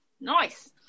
Nice